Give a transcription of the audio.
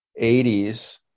80s